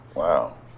wow